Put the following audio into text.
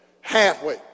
halfway